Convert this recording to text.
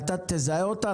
אתה תזהה אותה,